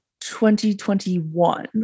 2021